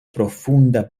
profunda